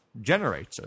Generator